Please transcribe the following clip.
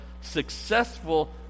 successful